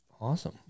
Awesome